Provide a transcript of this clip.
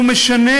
הוא משנה